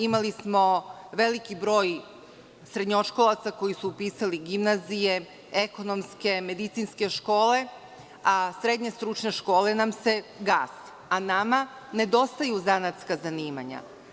Imali smo veliki broj srednjoškolaca koji su upisali gimnazije, ekonomske, medicinske škole, a srednje stručne škole nam se gase, a nama nedostaju zanatska zanimanja.